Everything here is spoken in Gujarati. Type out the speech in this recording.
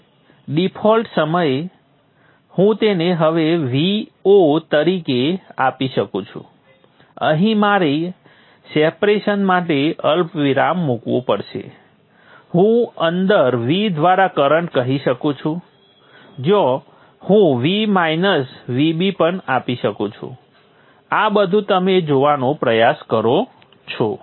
હવે ડિફોલ્ટ સમયે હું તેને હવે Vo તરીકે આપી શકું છું અહીં મારે સેપરેશન માટે અલ્પવિરામ મૂકવું પડશે હું અંદર V દ્વારા કરંટ કહી શકું છું જ્યાં હું V માઇનસ Vb પણ આપી શકું છું આ બધું તમે જોવાનો પ્રયાસ કરો છો